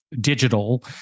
digital